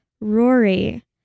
Rory